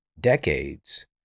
decades